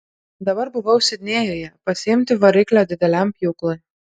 dabar buvau sidnėjuje pasiimti variklio dideliam pjūklui